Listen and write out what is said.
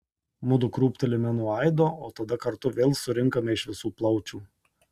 mudu krūptelime nuo aido o tada kartu vėl surinkame iš visų plaučių